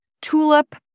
tulip